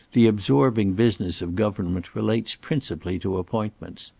the absorbing business of government relates principally to appointments.